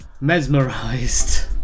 mesmerized